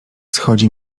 schodzi